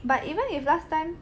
but even if last time